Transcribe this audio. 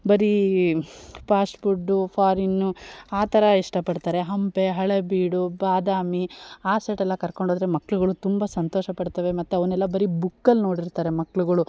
ಬರೀ fast food foreign ಆ ಥರ ಇಷ್ಟ ಪಡ್ತಾರೆ ಹಂಪೆ ಹಳೇಬೀಡು ಬಾದಾಮಿ ಆ ಸೈಡ್ ಎಲ್ಲ ಕರ್ಕೊಂಡು ಹೋದ್ರೆ ಮಕ್ಕಳುಗಳು ತುಂಬ ಸಂತೋಷ ಪಡ್ತವೆ ಮತ್ತು ಅವನ್ನೆಲ್ಲ ಬರಿ ಬುಕ್ಕಲ್ಲಿ ನೋಡಿರ್ತಾರೆ ಮಕ್ಕಳುಗಳು